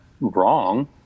wrong